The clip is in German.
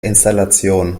installation